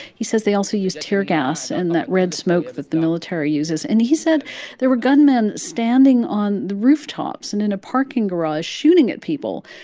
he says they also used tear gas and that red smoke that the military uses. and he said there were gunmen standing on the rooftops and in a parking garage, shooting at people.